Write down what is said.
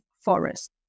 forests